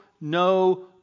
no